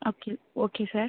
okay okay sir